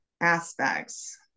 aspects